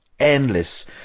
Endless